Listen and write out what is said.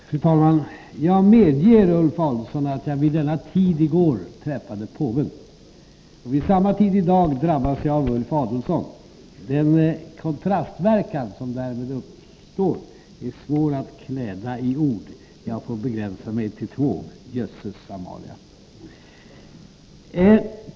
Fru talman! Jag medger, Ulf Adelsohn, att jag vid denna tid i går träffade påven. Och vid samma tid i dag drabbas jag av Ulf Adelsohn. Den kontrastverkan som därmed uppstår är svår att kläda i ord. Jag får begränsa mig till två: Jösses Amalia!